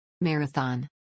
Marathon